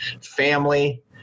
family